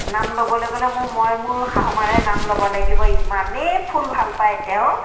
নাম ল'বলৈ গ'লে মই মোৰ শাহু মাৰে নাম ল'ব লাগিব ইমানেই ফুল ভাল পায় তেওঁ